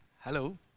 Hello